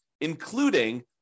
including